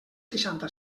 seixanta